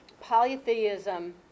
polytheism